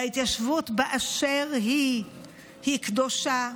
וההתיישבות באשר היא היא קדושה,